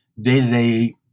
day-to-day